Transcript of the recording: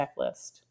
checklist